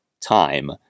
time